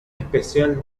especial